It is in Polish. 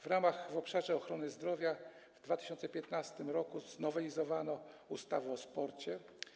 W ramach obszaru ochrony zdrowia w 2015 r. znowelizowano ustawę o sporcie.